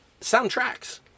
soundtracks